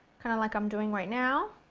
kind of like i am doing right now.